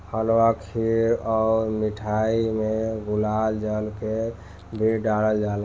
हलवा खीर अउर मिठाई में गुलाब जल के भी डलाल जाला